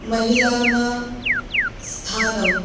महिलानां स्थानं